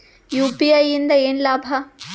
UPI ಇಂದ ಏನ್ ಲಾಭ?